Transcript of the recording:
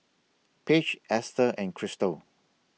Paige Esther and Cristal